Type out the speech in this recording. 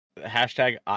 hashtag